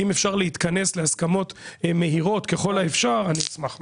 אם אפשר להתכנס להסכמות מהירות ככל האפשר אני אשמח מאוד.